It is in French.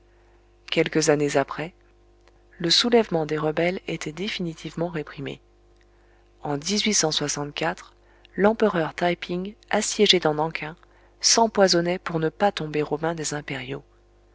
quelques années après le soulèvement des rebelles était définitivement réprimé en l'empereur taï ping assiégé dans nan king s'empoisonnait pour ne pas tomber aux mains des impériaux